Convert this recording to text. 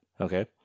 Okay